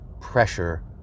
pressure